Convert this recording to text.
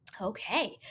Okay